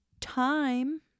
time